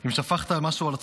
אם שפכת משהו על עצמך,